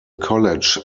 college